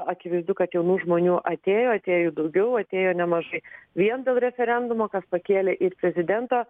akivaizdu kad jaunų žmonių atėjo atėjo jų daugiau atėjo nemažai vien dėl referendumo kas pakėlė ir prezidento